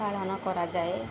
ପାଳନ କରାଯାଏ